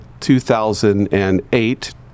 2008